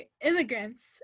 immigrants